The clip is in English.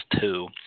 two